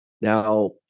now